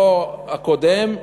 לא הקודם,